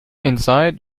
inside